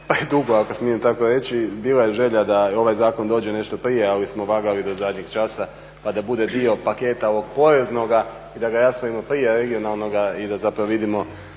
i predugo ako smijem tako reći. Bila je želja da ovaj zakon dođe nešto prije ali smo vagali do zadnjeg časa pa da bude dio paketa poreznoga i da ga raspravimo prije regionalnoga i da zapravo vidimo